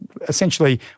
Essentially